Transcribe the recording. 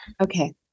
okay